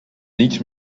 niets